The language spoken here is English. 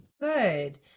Good